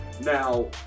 Now